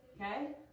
Okay